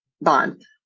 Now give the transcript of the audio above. bond